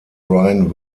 brian